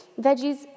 veggies